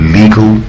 legal